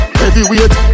heavyweight